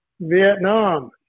Vietnam